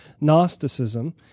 Gnosticism